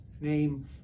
name